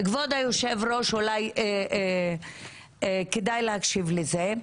כבוד היושב-ראש אולי כדאי להקשיב לזה: